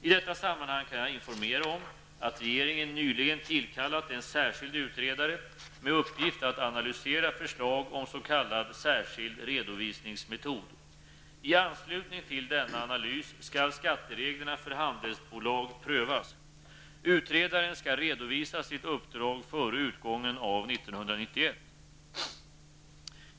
I detta sammanhang kan jag informera om att regeringen nyligen inkallat en särskild utredare med uppgift att analysera förslag om s.k. särskild redovisningsmetod. I anslutning till denna analys skall skattereglerna för handelsbolag prövas. Utredaren skall redovisa sitt uppdrag före utgången av 1991.